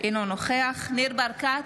אינו נוכח ניר ברקת,